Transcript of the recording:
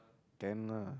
can lah